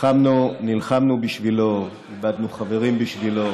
נלחמנו בשבילו, איבדנו חברים בשבילו,